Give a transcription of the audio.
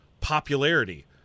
popularity